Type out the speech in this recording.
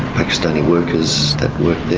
pakistani workers that worked there,